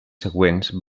següents